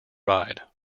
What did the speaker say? ride